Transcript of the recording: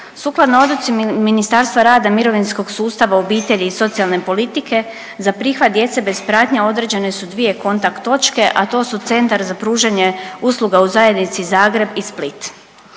Sukladno odluci Ministarstva rada, mirovinskog sustava, obitelji i socijalne politike za prihvat djece bez pratnje određene su dvije kontakt točke, a to su Centar za pružanje usluga u zajednici Zagreb i Split.